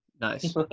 Nice